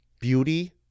beauty